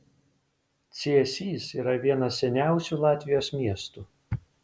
cėsys yra vienas seniausių latvijos miestų